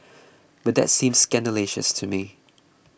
but that seems scandalous to me